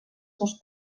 seus